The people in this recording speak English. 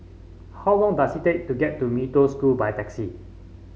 how long does it take to get to Mee Toh School by taxi